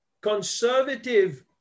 conservative